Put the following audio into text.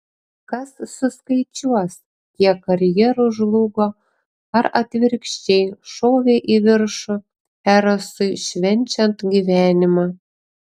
kas suskaičiuos kiek karjerų žlugo ar atvirkščiai šovė į viršų erosui švenčiant gyvenimą